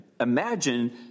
Imagine